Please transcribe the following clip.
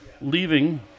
leaving